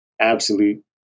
absolute